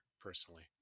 personally